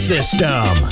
System